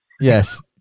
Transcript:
Yes